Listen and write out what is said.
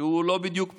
שהוא לא בדיוק פיצוי,